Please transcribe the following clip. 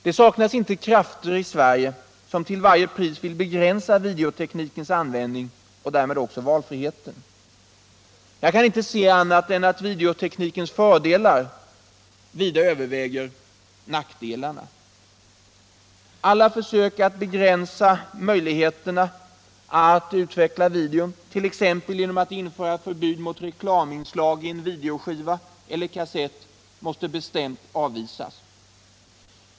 Det saknas inte krafter i Sverige som till varje pris vill begränsa videoteknikens användning och därmed också valfriheten. Jag kan inte se annat än att videons fördelar vida överväger nackdelarna. Alla försök att begränsa möjligheterna att utveckla videon, t.ex. genom att införa förbud mot reklaminslag i en videoskiva eller kassett, måste bestämt avvisas.